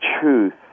truth